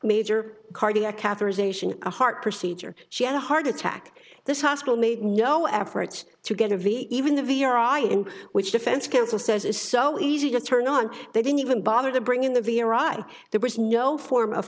major cardiac catheterization a heart procedure she had a heart attack this hospital made no efforts to get of even the v r i in which defense counsel says is so easy to turn on they didn't even bother to bring in the virago there was no form of